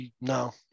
No